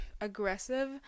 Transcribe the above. aggressive